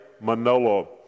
Manolo